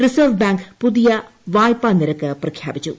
reserve bank പുതിയ വായ്പാ നിരക്ക് പ്രഖ്യാപിച്ചു